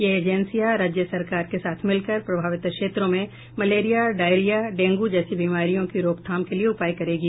ये एजेंसियां राज्य सरकार के साथ मिलकर प्रभावित क्षेत्रों में मलेरिया डायरिया डेंगू जैसी बीमारियों की रोकथाम के लिए उपाय करेगी